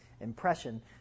impression